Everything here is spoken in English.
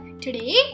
today